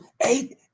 eight